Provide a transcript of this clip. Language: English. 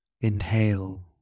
Inhale